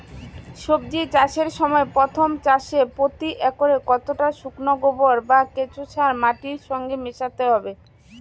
সবজি চাষের সময় প্রথম চাষে প্রতি একরে কতটা শুকনো গোবর বা কেঁচো সার মাটির সঙ্গে মেশাতে হবে?